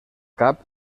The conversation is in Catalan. cap